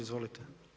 Izvolite.